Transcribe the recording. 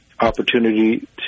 opportunity